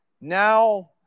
Now